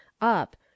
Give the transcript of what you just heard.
up